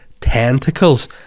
tentacles